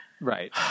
right